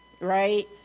right